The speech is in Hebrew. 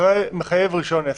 מחייב רישיון עסק.